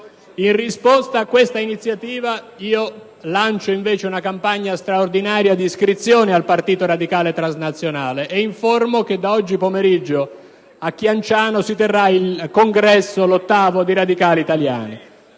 In risposta a questa iniziativa, lancio una campagna straordinaria di iscrizione al Partito radicale transnazionale e informo che da oggi pomeriggio a Chianciano si terrà l'VIII Congresso dei Radicali italiani.